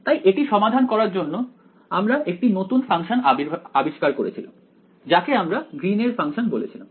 তাই এটি সমাধান করার জন্য আমরা একটি নতুন ফাংশন আবিষ্কার করেছিলাম যাকে আমরা গ্রীন এর ফাংশন বলেছিলাম